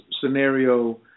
scenario